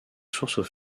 source